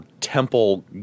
temple